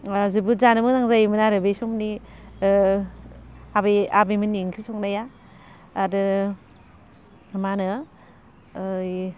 जोबोद जानो मोजां जायोमोन आरो बै समनि आबैमोननि ओंख्रि संनाया आरो मा होनो ओइ